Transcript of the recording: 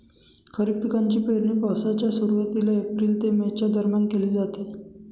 खरीप पिकांची पेरणी पावसाच्या सुरुवातीला एप्रिल ते मे च्या दरम्यान केली जाते